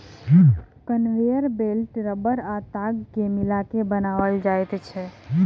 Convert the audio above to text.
conveyor belt रबड़ आ ताग के मिला के बनाओल जाइत छै